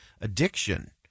addiction